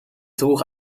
droeg